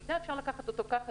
מידע אפשר לקחת אותו ככה,